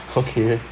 okay